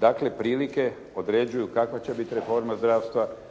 Dakle prilike određuju kakva će biti reforma zdravstva